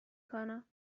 کنم